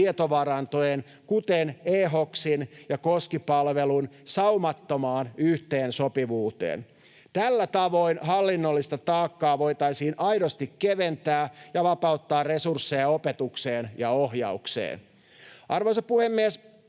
tietovarantojen, kuten eHOKSin ja Koski-palvelun, saumattomaan yhteensopivuuteen. Tällä tavoin hallinnollista taakkaa voitaisiin aidosti keventää ja vapauttaa resursseja opetukseen ja ohjaukseen. Arvoisa puhemies!